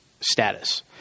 status